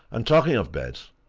and talking of beds,